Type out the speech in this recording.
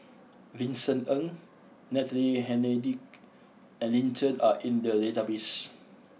Vincent Ng Natalie Hennedige and Lin Chen are in the database